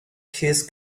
his